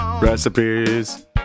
recipes